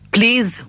Please